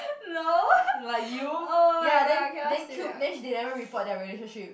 like you ya then then Cube then they never report their relationship